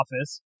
office